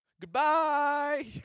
Goodbye